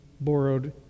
Borrowed